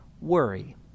worry